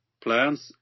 plans